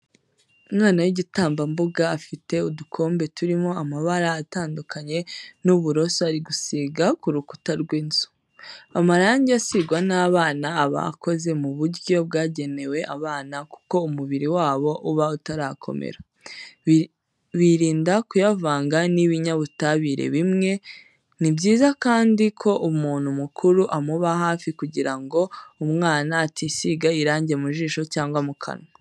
Umwana w'igitambambuga afite udukombe turimo amabara atandukanye n'uburoso ari gusiga ku rukuta rw'inzu. Amarangi asigwa n'abana aba akoze mu buryo bwagenewe abana kuko umubiri wabo uba utarakomera, birinda kuyavanga n'ibinyabutabire bimwe. Ni byiza kandi ko umuntu mukuru amuba hafi kugira ngo umwana atisiga irangi mu jisho cyangwa mu kanwa.